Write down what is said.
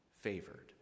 favored